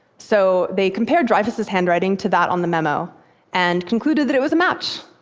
so they compared dreyfus's handwriting to that on the memo and concluded that it was a match,